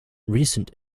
recent